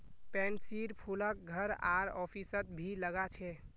पैन्सीर फूलक घर आर ऑफिसत भी लगा छे